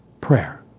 prayer